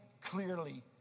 clearly